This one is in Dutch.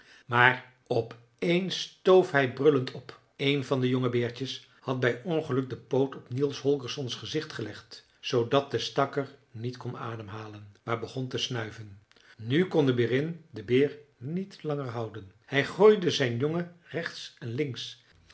maar opeens stoof hij brullend op een van de jonge beertjes had bij ongeluk den poot op niels holgerssons gezicht gelegd zoodat de stakker niet kon ademhalen maar begon te snuiven nu kon de berin den beer niet langer houden hij gooide zijn jongen rechts en links